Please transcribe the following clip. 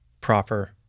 proper